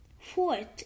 Fourth